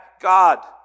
god